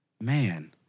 Man